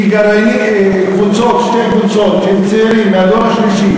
כי שתי קבוצות של צעירים מהדור השלישי